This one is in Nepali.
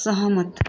सहमत